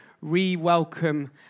re-welcome